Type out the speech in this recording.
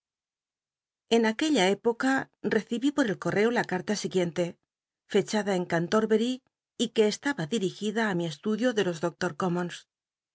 aq uella época recibí por el col'l'eo la ca rla siguiente fechada en canlorbcry y que estaba rl irigida ti mi e ludio de los